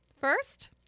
first